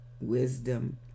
wisdom